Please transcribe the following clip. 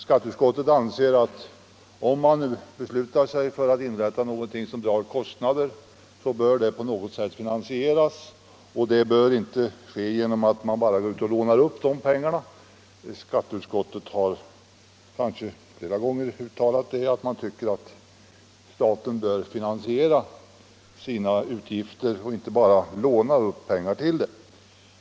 Skatteutskottet anser att om man beslutar sig för att inrätta någonting som drar kostnader, bör dessa kostnader också kunna på något sätt finansieras. Detta bör inte bara ske genom att man lånar upp dessa pengar, utan skatteutskottet har flera gånger tidigare uttalat att staten bör finansiera sina utgifter på annat sätt än genom upplåning.